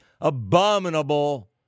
abominable